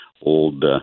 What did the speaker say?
old